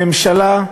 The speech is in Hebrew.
הממשלה,